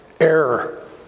error